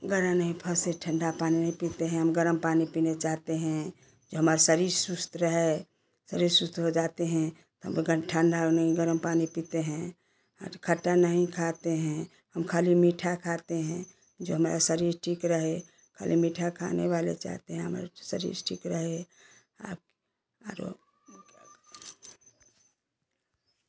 गारा नहीं फसे ठंडा पानी नहीं पीते हैं हम गर्म पानी पीना चाहते हैं जो हमार शरीर सुस्त रहे शरीर सुस्त हो जाते हैं तब हम ठंडा वह नहीं गर्म पानी पीते हैं आर खट्टा नहीं खाते हैं हम खाली मीठा खाते हैं जो हमारा शरीर ठीक रहे खाली मीठा खाने वाले चाहते हैं हमर शरीर ठीक रहे आप आरो